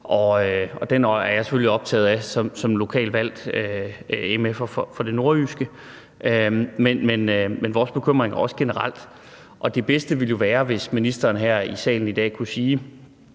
og den er jeg selvfølgelig optaget af som lokalt valgt for det nordjyske, men vores bekymring er også generel. Det bedste ville jo være, hvis ministeren her i salen i dag kunne sige,